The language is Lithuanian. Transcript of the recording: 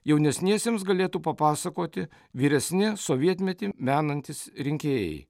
jaunesniesiems galėtų papasakoti vyresni sovietmetį menantys rinkėjai